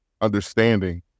understanding